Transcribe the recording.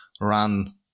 run